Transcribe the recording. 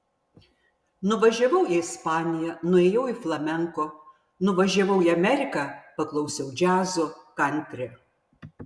nuvažiavau į ispaniją nuėjau į flamenko nuvažiavau į ameriką paklausiau džiazo kantri